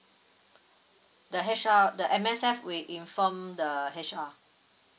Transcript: the H_R the M_S_F will inform the H_R